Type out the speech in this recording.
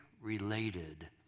related